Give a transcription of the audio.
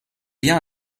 bien